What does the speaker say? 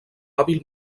hàbil